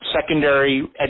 secondary